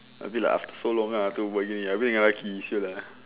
a bit like after so long ah aku berbual gini abeh dengan lelaki [siol] lah